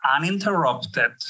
uninterrupted